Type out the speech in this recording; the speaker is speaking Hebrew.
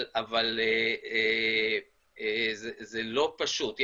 אבל זה לא פשוט.